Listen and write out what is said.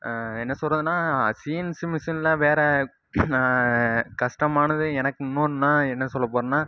என்ன சொல்றதுன்னா சீஎன்ஸி மிஷினில் வேறு கஷ்டமானது எனக்கு இன்னொன்றுனா என்ன சொல்லப் போகிறேன்னா